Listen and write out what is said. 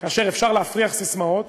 כאשר אפשר להפריח ססמאות?